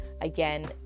again